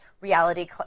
reality